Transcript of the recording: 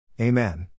Amen